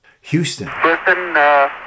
Houston